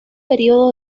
periodo